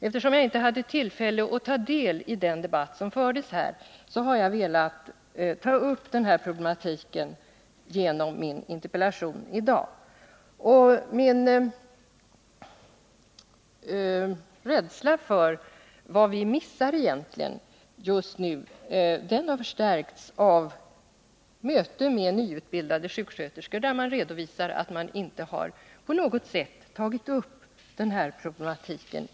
Eftersom jag inte hade tillfälle att ta del i den debatt som fördes i kammaren har jag velat ta upp denna problematik genom den här interpellationen. Min rädsla för att vi missar någonting här har förstärkts av möten med nyutbildade sjuksköterskor, som redovisar att man i utbildningen inte på något sätt har tagit upp denna problematik.